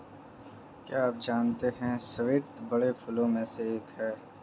क्या आप जानते है स्रीवत बड़े फूलों में से एक है